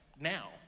now